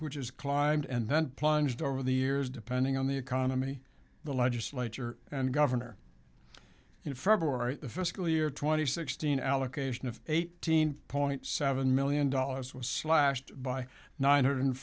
which is climbed and then plunged over the years depending on the economy the legislature and governor in february the fiscal year two thousand and sixteen allocation of eighteen point seven million dollars was slashed by nine hundred